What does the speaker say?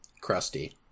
Crusty